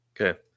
okay